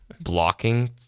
blocking